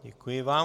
Děkuji vám.